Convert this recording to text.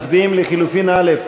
מצביעים לחלופין (א).